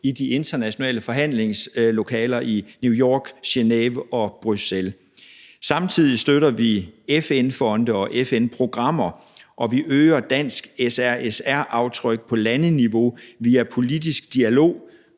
i de internationale forhandlingslokaler i New York, Genève og Bruxelles. Samtidig støtter vi FN-fonde og FN-programmer, og vi øger dansk SRSR-aftryk på landeniveau via politisk dialog,